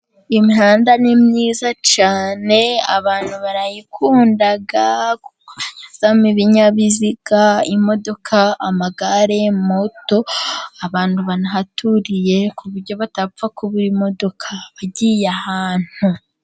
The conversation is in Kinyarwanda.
Imihanda ni myiza cyane, abantu barayikunda, kuko bayinyuzamo ibinyabiziga, imodoka, amagare, moto, abantu banahaturiye, ku buryo batapfa kubura imodoka bagiye ahantu.